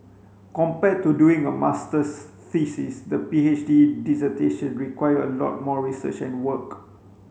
compared to doing a masters thesis the P H D dissertation required a lot more research and work